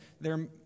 There